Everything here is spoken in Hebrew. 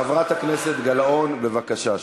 חברת הכנסת גלאון, בבקשה.